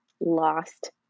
lost